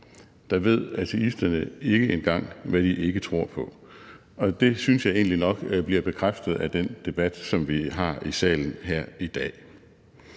ved ateisterne ikke engang, hvad de ikke tror på. Det syntes jeg egentlig nok bliver bekræftet af den debat, som vi har i salen her i dag.